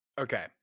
Okay